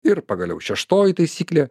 ir pagaliau šeštoji taisyklė